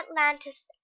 atlantis